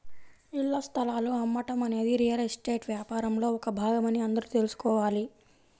ఇళ్ల స్థలాలు అమ్మటం అనేది రియల్ ఎస్టేట్ వ్యాపారంలో ఒక భాగమని అందరూ తెల్సుకోవాలి